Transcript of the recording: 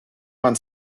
man